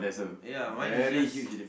ya mine is just